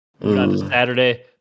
Saturday